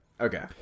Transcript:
Okay